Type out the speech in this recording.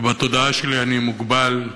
ובתודעה שלי אני מוגבל,